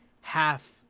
half